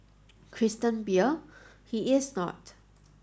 Christian Beer he is not